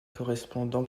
correspondant